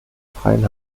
freien